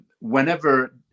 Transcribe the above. whenever